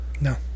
No